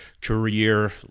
career